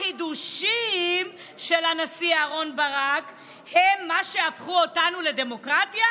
החידושים של הנשיא אהרן ברק הם מה שהפכו אותנו לדמוקרטיה?